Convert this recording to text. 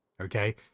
Okay